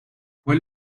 fue